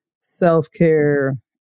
self-care